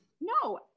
No